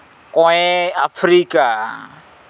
ᱠᱚᱸᱭᱮ Africa